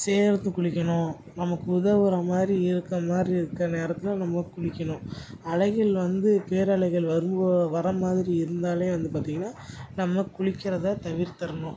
சேர்ந்து குளிக்கணும் நமக்கு உதவுறா மாதிரி இருக்க மாதிரி இருக்க நேரத்தில் நம்ம குளிக்கணும் அலைகள் வந்து பேர் அலைகள் வரும் போ வர மாதிரி இருந்தாலே வந்து பார்த்திங்கன்னா நம்ம குளிக்கறதை தவிர்த்தர்ணும்